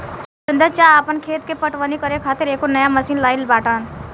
सुरेंदर चा आपन खेत के पटवनी करे खातिर एगो नया मशीन लाइल बाड़न